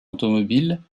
automobile